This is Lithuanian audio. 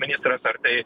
ministras ar tai